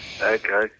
Okay